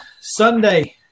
Sunday